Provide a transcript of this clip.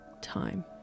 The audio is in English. time